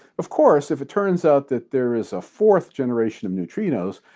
of course, if it turns out that there is a fourth generation of neutrinos,